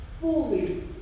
fully